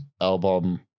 album